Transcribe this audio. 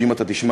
שאם אתה תשמע,